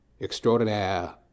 extraordinaire